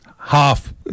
half